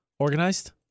Organized